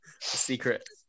Secret